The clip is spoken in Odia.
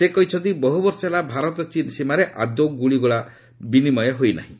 ସେ କହିଛନ୍ତି ବହୁବର୍ଷ ହେଲା ଭାରତ ଚୀନ୍ ସୀମାରେ ଆଦୌ ଗୁଳିଗୋଳା ଚାଳନ ହୋଇନାହିଁ